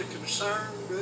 concerned